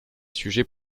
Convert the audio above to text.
sujets